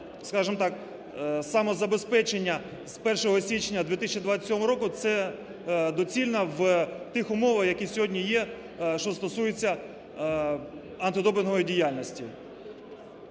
скажемо так, самозабезпечення з 1 січня 2027 року, це доцільно в тих умовах, які сьогодні є, що стосуються антидопінгової діяльності.